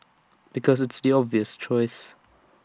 because it's obvious choice